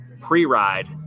pre-ride